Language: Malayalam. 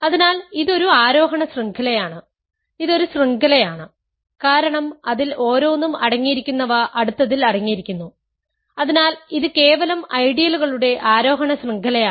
അതിനാൽ ഇത് ഒരു ആരോഹണ ശൃംഖലയാണ് ഇത് ഒരു ശൃംഖലയാണ് കാരണം അതിൽ ഓരോന്നും അടങ്ങിയിരിക്കുന്നവ അടുത്തതിൽ അടങ്ങിയിരിക്കുന്നു അതിനാൽ ഇത് കേവലം ഐഡിയലുകളുടെ ആരോഹണ ശൃംഖലയാണ്